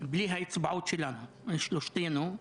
בלי האצבעות שלנו, של שלושתנו,